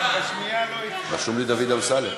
רשום לי דוד אמסלם.